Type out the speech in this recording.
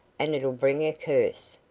and it'll bring a curse.